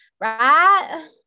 right